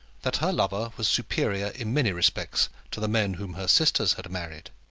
that her lover was superior in many respects to the men whom her sisters had married.